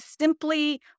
simply